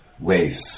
waves